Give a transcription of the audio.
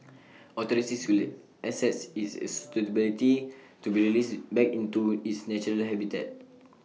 authorities will assess its suitability to be released back into its natural habitat